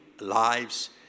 lives